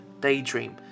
daydream